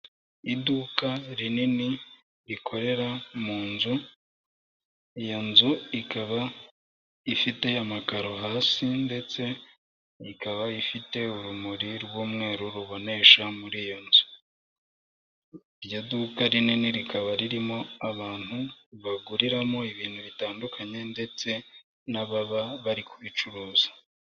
Iduka rinini rikorera mu nzu, iyo nzu ikaba ifite amakaro hasi ndetse ikaba ifite urumuri rw'umweru rubonesha muri iyo nzu. Iryo duka rinini rikaba ririmo abantu baguriramo ibintu bitandukanye ndetse n'ababa bari kubicuruza.